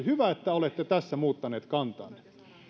hyvä että olette tässä muuttanut kantaanne